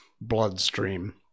bloodstream